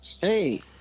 Hey